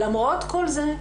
למרות כל זה,